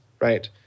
right